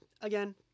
again